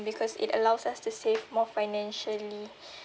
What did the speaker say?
because it allows us to save more financially